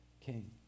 king